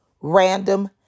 random